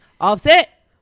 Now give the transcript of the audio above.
Offset